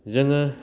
जोङो